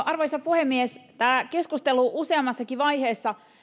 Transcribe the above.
arvoisa puhemies tämä keskustelu useammassakin vaiheessa